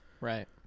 right